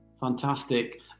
Fantastic